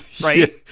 right